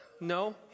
No